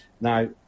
Now